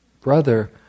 brother